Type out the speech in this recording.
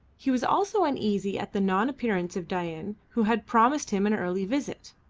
he was also uneasy at the non-appearance of dain who had promised him an early visit.